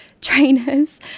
trainers